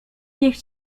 niech